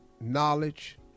knowledge